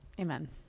Amen